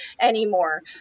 anymore